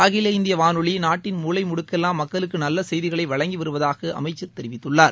அகில இந்திய வானொலி நாட்டின் மூலை முடுக்கெல்லாம் மக்களுக்கு நல்ல செய்திகளை வழங்கி வருவதாக அமைச்சர் தெரிவித்துள்ளார்